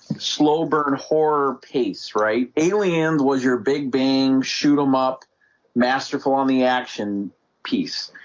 slow burn horror pace right aliens was your big bang shoot them up masterful on the action piece